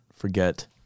forget